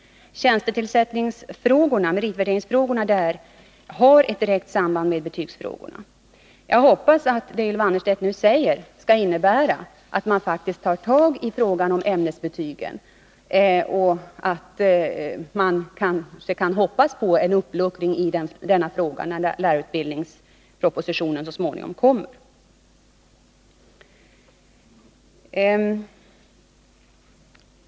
Meritvärderingsfrågorna har ett direkt samband med betygsfrågorna. Jag hoppas att det Ylva Annerstedt nu säger skall innebära att man faktiskt tar tag i frågan om de graderade ämnesbetygen och att det kan bli en uppluckring av dessa — och helst en avveckling — när lärarutbildningspropositionen så småningom kommer.